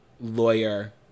lawyer